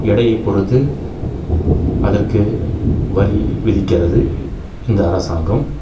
எடையைப் பொறுத்து அதற்கு வரி விதிக்கிறது இந்த அரசாங்கம்